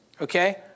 okay